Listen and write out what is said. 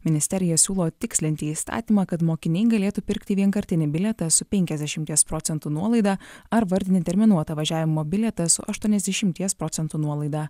ministerija siūlo tikslinti įstatymą kad mokiniai galėtų pirkti vienkartinį bilietą su penkiasdešimties procentų nuolaida ar vardinį terminuotą važiavimo bilietą su aštuoniasdešimties procentų nuolaida